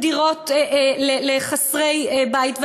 דירות לחסרי בית,